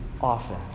often